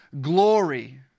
glory